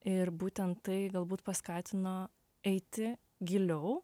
ir būtent tai galbūt paskatino eiti giliau